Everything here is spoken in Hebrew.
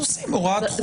אז עושים הוראה דחויה.